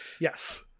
yes